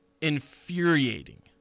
infuriating